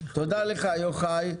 תודה לך, יוחאי.